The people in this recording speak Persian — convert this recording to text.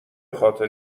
خاطر